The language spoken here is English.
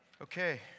Okay